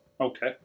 Okay